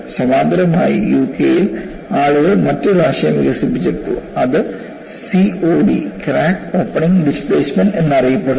സമാന്തരമായിUK യിൽ ആളുകൾ മറ്റൊരു ആശയം വികസിപ്പിച്ചെടുത്തു അത് COD ക്രാക്ക് ഓപ്പണിംഗ് ഡിസ്പ്ലേസ്മെന്റ് എന്നറിയപ്പെടുന്നു